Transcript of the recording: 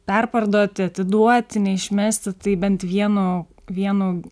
perparduoti atiduoti neišmesti tai bent vienu vienu